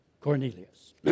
Cornelius